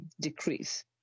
decrease